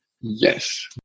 yes